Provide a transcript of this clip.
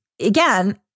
again